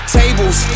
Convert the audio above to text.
tables